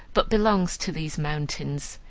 but belongs to these mountains.